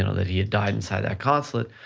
you know that he had died inside that consulate,